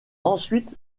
ensuite